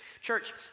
Church